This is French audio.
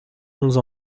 onze